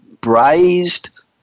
Braised